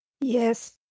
Yes